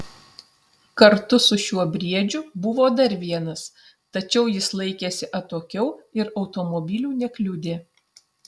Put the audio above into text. kartu su šiuo briedžiu buvo dar vienas tačiau jis laikėsi atokiau ir automobilių nekliudė